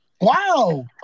Wow